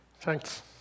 Thanks